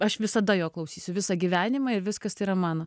aš visada jo klausysiu visą gyvenimą ir viskas tai yra mano